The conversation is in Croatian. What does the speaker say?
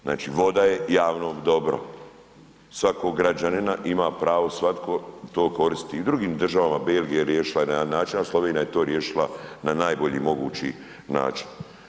Znači, voda je javno dobro svakog građanina, ima pravo svatko, to koristi i drugim državama, Belgija je riješila na jedan način, a Slovenija je to riješila na najbolji mogući način.